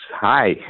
Hi